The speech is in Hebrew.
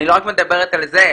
אני לא רק מדברת על זה.